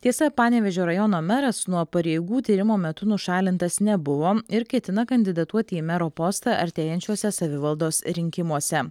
tiesa panevėžio rajono meras nuo pareigų tyrimo metu nušalintas nebuvo ir ketina kandidatuoti į mero postą artėjančiuose savivaldos rinkimuose